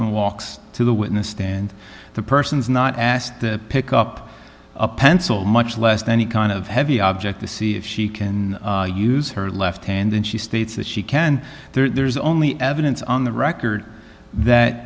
and walks to the witness stand the person is not asked to pick up a pencil much less any kind of heavy object to see if she can use her left hand and she states that she can there's only evidence on the record that